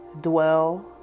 dwell